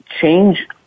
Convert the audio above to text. change